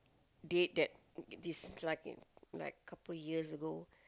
date that disliking like couple years ago